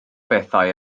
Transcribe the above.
bethau